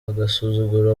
agasuzuguro